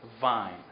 vine